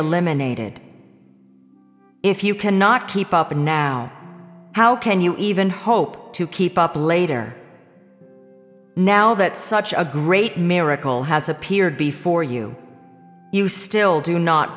unaided if you cannot keep up now how can you even hope to keep up later now that such a great miracle has appeared before you you still do not